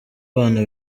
bana